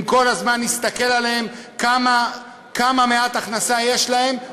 אם כל הזמן נסתכל עליהם כמה מעט הכנסה יש להם,